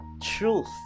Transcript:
truth